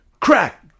crack